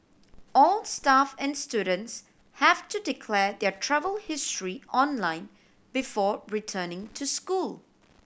all staff and students have to declare their travel history online before returning to school